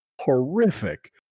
horrific